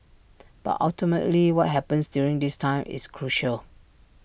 but ultimately what happens during this time is crucial